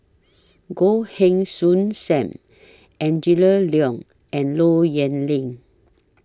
Goh Heng Soon SAM Angela Liong and Low Yen Ling